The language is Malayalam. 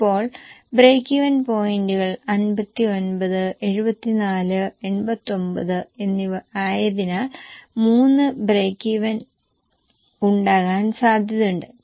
ഇപ്പോൾ ബ്രേക്ക്ഈവെൻ പോയിന്റുകൾ 59 74 89 ആയതിനാൽ 3 ബ്രേക്ക് ഇവൻ ഉണ്ടാകാൻ സാധ്യതയുണ്ട്